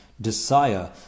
desire